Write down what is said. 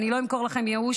אני לא אמכור לכן ייאוש,